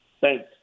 Thanks